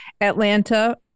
Atlanta